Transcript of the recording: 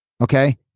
Okay